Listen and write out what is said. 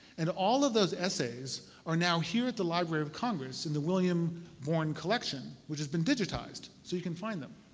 and all of those essays are now here at the library of congress in the william bourne collection which has been digitized so you can find them,